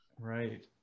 Right